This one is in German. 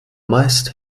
meist